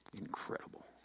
incredible